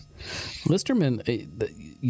Listerman